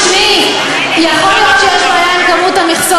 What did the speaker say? זה ממרכז המחקר